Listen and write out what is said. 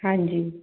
ਹਾਂਜੀ